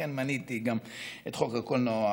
ולכן מניתי גם את חוק הקולנוע,